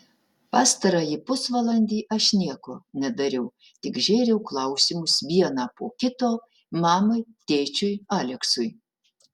pastarąjį pusvalandį aš nieko nedariau tik žėriau klausimus vieną po kito mamai tėčiui aleksui